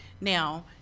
Now